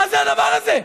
מה זה הדבר הזה?